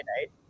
night